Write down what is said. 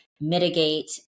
mitigate